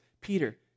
Peter